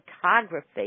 photography